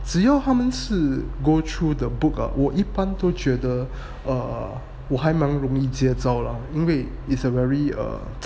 只要他们是 go through the book ah 我一般都觉得 err 我还蛮容易接招了因为 is a very err